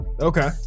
Okay